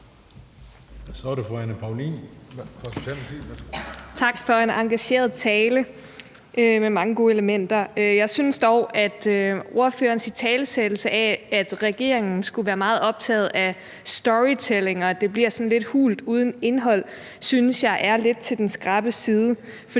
Tak for en engageret tale med mange gode elementer. Jeg synes dog, at ordførerens italesættelse af, at regeringen skulle være meget optaget af storytelling, og at det bliver sådan lidt hult uden indhold, er lidt til den skrappe side.